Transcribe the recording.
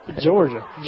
Georgia